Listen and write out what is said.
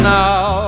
now